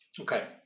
Okay